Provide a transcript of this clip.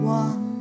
one